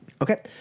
Okay